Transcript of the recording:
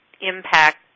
impact